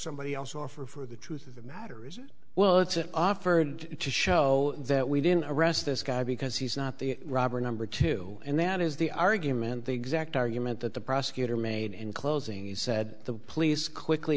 somebody else or for the truth of the matter is well it's an offer to show that we didn't arrest this guy because he's not the robber number two and that is the argument the exact argument that the prosecutor made in closing you said the police quickly